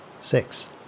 six